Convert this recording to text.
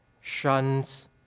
shuns